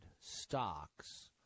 stocks